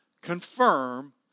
confirm